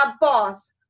Boss